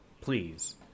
please